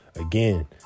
again